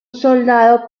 soldado